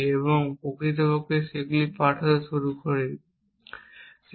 এবং প্রকৃতপক্ষে সেগুলি পাঠাতে শুরু করি